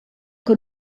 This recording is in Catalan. que